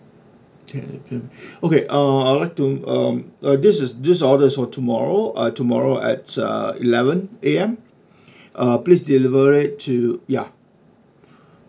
ten to ten okay uh I'd like to um uh this is this order is for tomorrow uh tomorrow at uh eleven A M uh please deliver it to ya